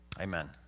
Amen